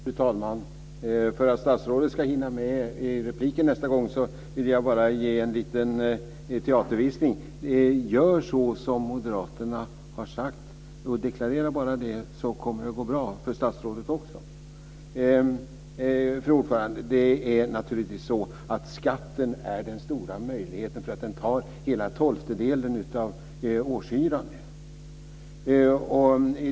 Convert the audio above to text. Fru talman! För att statsrådet ska hinna med i sitt nästa inlägg, vill jag bara framföra en liten teaterviskning: Gör så som Moderaterna har sagt! Deklarera bara det så kommer det att gå bra för statsrådet också! Fru talman! Skatten är naturligtvis den stora möjligheten. Den tar en hel tolftedel av årshyran.